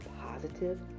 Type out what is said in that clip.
positive